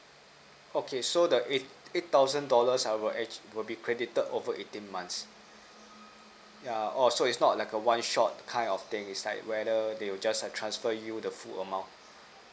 okay so the eight eight thousand dollars I will actu~ will be credited over eighteen months yeah oo so it's not like a one shot kind of thing is like where the they will just have transfer you the full amount